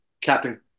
Captain